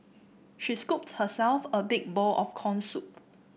she scooped herself a big bowl of corn soup